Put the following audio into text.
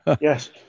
Yes